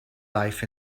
life